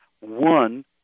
One